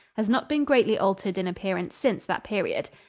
has not been greatly altered in appearance since that period.